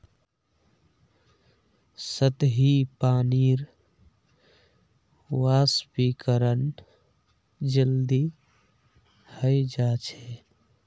सतही पानीर वाष्पीकरण जल्दी हय जा छे